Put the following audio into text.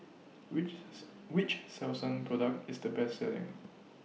which's Which Selsun Product IS The Best Selling